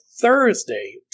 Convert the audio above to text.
Thursday